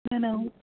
न न